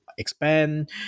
expand